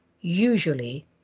usually